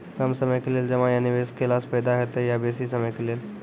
कम समय के लेल जमा या निवेश केलासॅ फायदा हेते या बेसी समय के लेल?